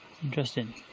Interesting